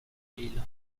l’île